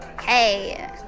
Hey